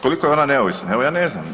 Koliko je ona neovisna, evo, ja ne znam.